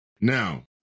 Now